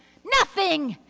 nothing.